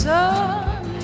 Sun